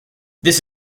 this